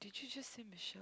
did you just say Michelle